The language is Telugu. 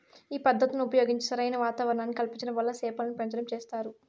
ఈ పద్ధతులను ఉపయోగించి సరైన వాతావరణాన్ని కల్పించటం వల్ల చేపలను పెంచటం చేస్తారు